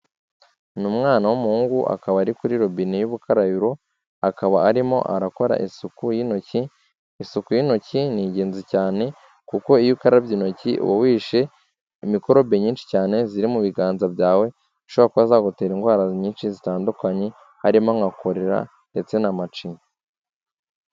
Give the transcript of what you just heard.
Ni umwana w'umuhungu akaba ari kuri robine y'ubukarabiro, akaba arimo arakora isuku y'intoki, isuku y'intoki ni ingenzi cyane, kuko iyo ukarabye intoki uba wishe imikorobe nyinshi cyane ziri mu biganza byawe, zishobora kuba zagutera indwara nyinshi zitandukanye harimo nka korera ndetse na macinya.